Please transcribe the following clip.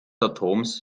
atoms